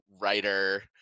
writer